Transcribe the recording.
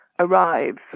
arrives